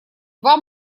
два